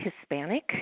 Hispanic